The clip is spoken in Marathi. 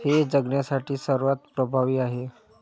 हे जगण्यासाठी सर्वात प्रभावी आहे